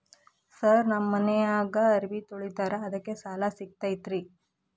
Sir ನಮ್ಮ ಮನ್ಯಾಗ ಅರಬಿ ತೊಳಿತಾರ ಅದಕ್ಕೆ ಸಾಲ ಸಿಗತೈತ ರಿ?